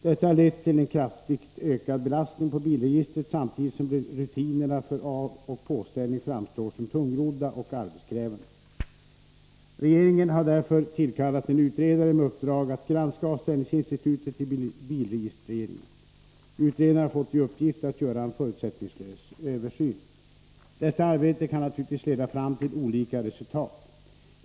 Detta har lett till en kraftigt ökad belastning på bilregistret samtidigt som rutinerna för avoch påställning framstår som tungrodda och arbetskrävande. Regeringen har därför tillkallat en utredare med uppdrag att granska avställningsinstitutet i bilregistreringen. Utredaren har fått i uppgift att göra en förutsättningslös översyn. Detta arbete kan naturligtvis leda fram till olika resultat.